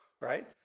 right